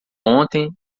ontem